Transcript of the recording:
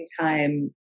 time